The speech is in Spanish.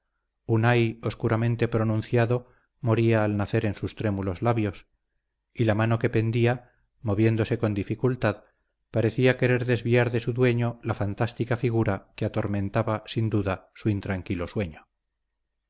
un ay oscuramente pronunciado moría al nacer en sus trémulos labios y la mano que pendía moviéndose con dificultad parecía querer desviar de su dueño la fantástica figura que atormentaba sin duda su intranquilo sueño